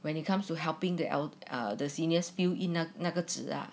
when it comes to helping the el~ the senior fill in 那个纸啊